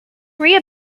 read